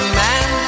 man